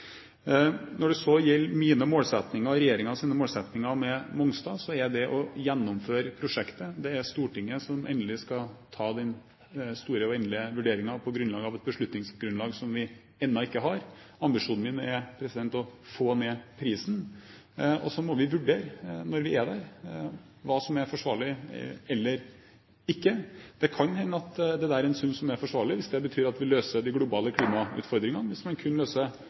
Når det så gjelder mine og regjeringens målsettinger med Mongstad, er det å gjennomføre prosjektet. Det er Stortinget som skal ta den store og endelige vurderingen på grunnlag av et beslutningsgrunnlag som vi ennå ikke har. Ambisjonen min er å få ned prisen, og så må vi vurdere når vi er der, hva som er forsvarlig eller ikke. Det kan hende at det er en sum som er forsvarlig, hvis det betyr at vi løser de globale klimautfordringene. Hvis man